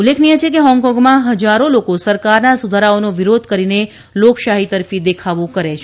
ઉલ્લેખનીય છે કે હોંગકોંગમાં હજારો લોકો સરકારના સુધારાઓનો વિરોધ કરીને લોકશાહી તરફી દેખાવો કરે છે